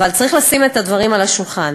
אבל צריך לשים את הדברים על השולחן,